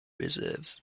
reserves